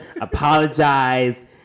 apologize